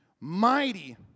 mighty